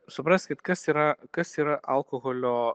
supraskit kas yra kas yra alkoholio